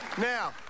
Now